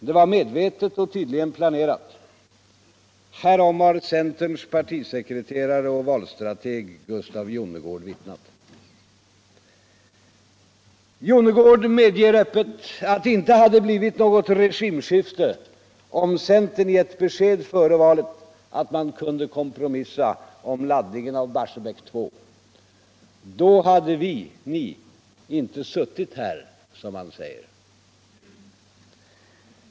Det var medvetet och tydtigen planerat. Jonnergård medger öppet att det inte hade blivit något rogimskifte om centern gett besked före valet att man kunde kompromissa om laddningen av Barsebäck 2. Då hade vi inte sutut här, som hun säger.